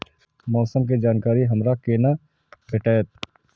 मौसम के जानकारी हमरा केना भेटैत?